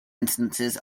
instances